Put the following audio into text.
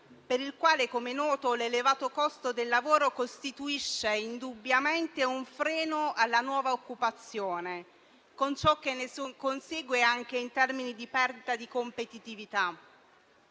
per il quale - com'è noto - l'elevato costo del lavoro costituisce indubbiamente un freno alla nuova occupazione, con ciò che ne consegue anche in termini di perdita di competitività.